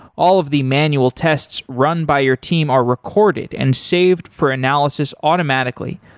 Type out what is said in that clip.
all of the manual tests run by your team are recorded and saved for analysis automatically,